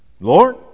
Lord